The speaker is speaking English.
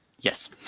Yes